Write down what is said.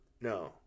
No